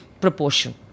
proportion